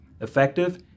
effective